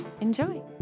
enjoy